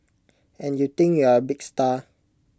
and you think you're A big star